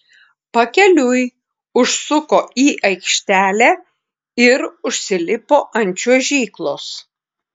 pakeliui užsuko į aikštelę ir užsilipo ant čiuožyklos